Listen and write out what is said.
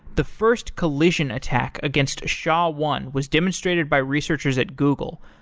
the first collision attack against sha one was demonstrated by researchers at google,